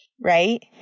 right